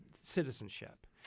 citizenship